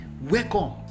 Welcome